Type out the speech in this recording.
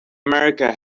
america